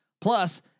Plus